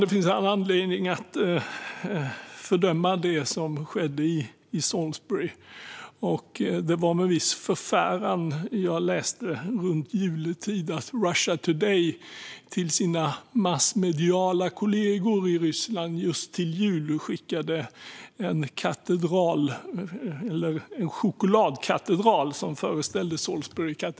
Det finns all anledning att fördöma det som skedde i Salisbury. Det var dessutom med viss förfäran jag runt jultid läste att Russia Today till jul skickade en chokladkatedral som föreställde Salisburykatedralen till sina massmediekollegor i Ryssland.